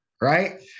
right